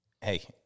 hey